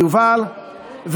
ליובל,